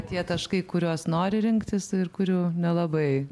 tie taškai kuriuos nori rinktis ir kurių nelabai